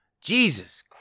Jesus